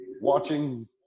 watching